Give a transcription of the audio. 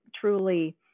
truly